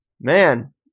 Man